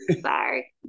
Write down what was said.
Sorry